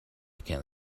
can